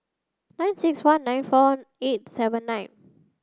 nine six one nine four eight seven nine